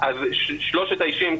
שלושת האישים,